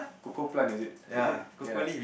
cocoa plant is it is it ya